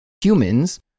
humans